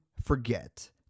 forget